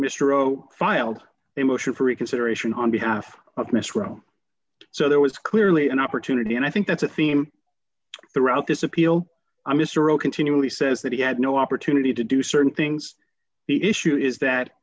mr o filed a motion for reconsideration on behalf of mr rome so there was clearly an opportunity and i think that's a theme throughout this appeal i mr o continually says that he had no opportunity to do certain things the issue is that